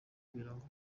biranga